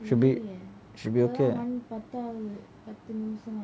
should be should be okay ah